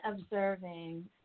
observing